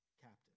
captive